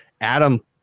Adam